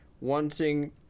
wanting